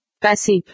passive